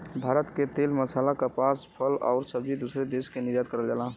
भारत से तेल मसाला कपास फल आउर सब्जी दूसरे देश के निर्यात करल जाला